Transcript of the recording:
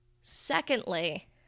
Secondly